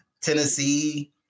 Tennessee